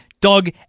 Doug